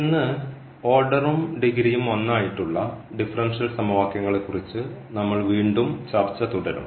ഇന്ന് ഓർഡറും ഡിഗ്രിയും 1 ആയിട്ടുള്ള ഡിഫറൻഷ്യൽ സമവാക്യങ്ങളെക്കുറിച്ച് നമ്മൾ വീണ്ടും ചർച്ച തുടരും